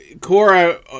Cora